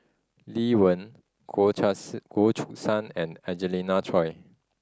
Lee Wen Goh Goh Choo San and Angelina Choy